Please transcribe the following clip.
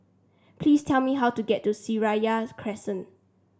please tell me how to get to Seraya Crescent